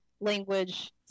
language